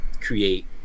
create